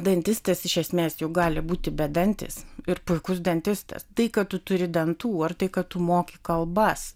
dantistas iš esmės juk gali būti bedantis ir puikus dantistas tai kad tu turi dantų ar tai kad tu moki kalbas